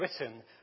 written